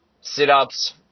Sit-ups